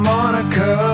Monica